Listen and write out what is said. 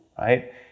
right